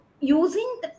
using